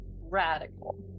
Radical